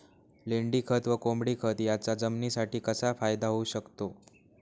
लेंडीखत व कोंबडीखत याचा जमिनीसाठी कसा फायदा होऊ शकतो?